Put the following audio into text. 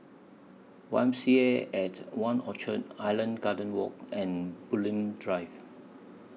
Y M C A At one Orchard Island Gardens Walk and Bulim Drive